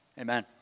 Amen